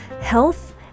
health